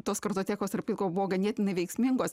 tos kartotekos tarp kitko buvo ganėtinai veiksmingos